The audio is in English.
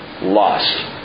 lost